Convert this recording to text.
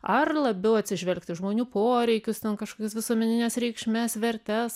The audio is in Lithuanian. ar labiau atsižvelgt į žmonių poreikius kažkokias visuomenines reikšmes vertes